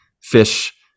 fish